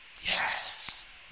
Yes